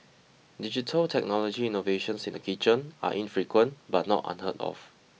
digital technology innovations in the kitchen are infrequent but not unheard of